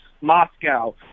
Moscow